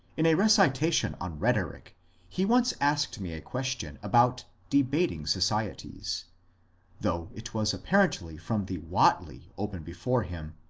in a recitation on rhetoric he once asked me a question about debating societies though it was apparently from the whately open before him,